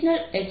તેથી B0 છે